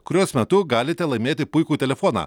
kurios metu galite laimėti puikų telefoną